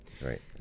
right